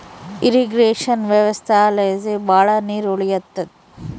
irrigation ವ್ಯವಸ್ಥೆಲಾಸಿ ಭಾಳ ನೀರ್ ಉಳಿಯುತ್ತೆ